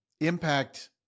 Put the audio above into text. impact